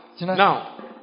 Now